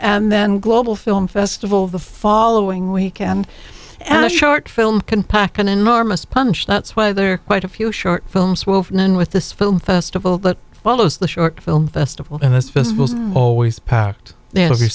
and then global film festival the following weekend and a short film can pack an enormous punch that's why they're quite a few short films wolf one with the film festival that follows the short film festival and this festivals always packed there if you're